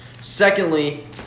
Secondly